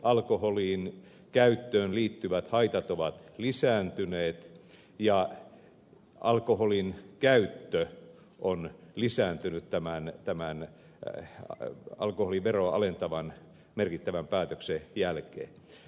monet alkoholinkäyttöön liittyvät haitat ovat lisääntyneet ja alkoholinkäyttö on lisääntynyt tämän alkoholiveroa alentavan merkittävän päätöksen jälkeen